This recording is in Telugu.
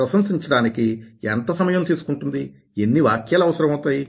ప్రశంసించడానికి ఎంత సమయం తీసుకుంటుంది ఎన్ని వాక్యాలు అవసరమవుతాయి